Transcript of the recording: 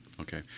Okay